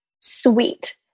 sweet